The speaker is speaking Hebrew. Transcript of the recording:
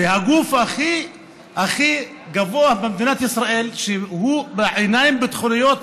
הגוף הכי גבוה במדינת ישראל בעיניים ביטחוניות,